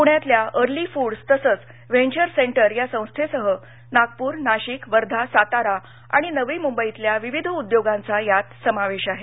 पुण्यातल्या early foods तसंच venture centre या संस्थेसह नागपूर नाशिक वर्धा सातारा आणि नवी मुंबईतल्या विविध उद्योगांचा यात समावेश आहे